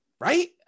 Right